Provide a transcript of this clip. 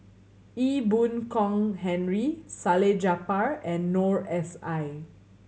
Ee Boon Kong Henry Salleh Japar and Noor S I